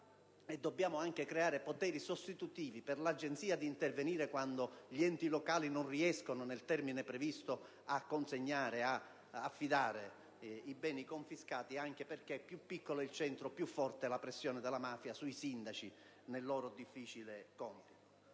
Dobbiamo anche creare poteri sostitutivi per l'Agenzia, che le consentano di intervenire quando gli enti locali non riescono nel termine previsto ad affidare i beni confiscati, anche perché più piccolo è il centro più forte è la pressione della mafia sui sindaci nel loro difficile compito.